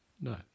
No